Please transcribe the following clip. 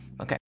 Okay